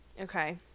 Okay